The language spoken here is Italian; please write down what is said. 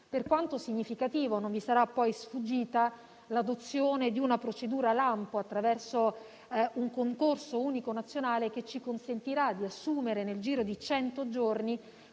per quanto significativo. Non vi sarà poi sfuggita l'adozione di una procedura lampo attraverso un concorso unico nazionale che ci consentirà di assumere, nel giro di cento giorni,